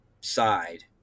Side